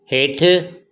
हेठि